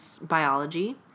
biology